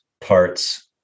parts